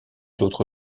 l’autre